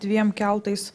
dviem keltais